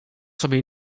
sobie